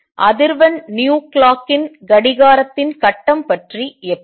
அதிர்வெண் clock ன் கடிகாரத்தின் கட்டம் பற்றி எப்படி